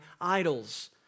idols